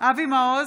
אבי מעוז,